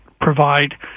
provide